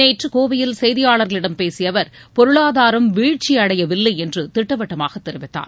நேற்று கோவையில் செய்தியாளர்களிடம் பேசிய அவர் பொருளாதாரம் வீழ்ச்சியடையவில்லை என்று திட்டவட்டமாக தெரிவித்தார்